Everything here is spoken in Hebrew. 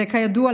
וכידוע,